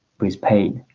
please pay